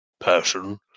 person